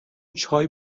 چای